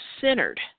centered